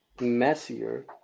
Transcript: messier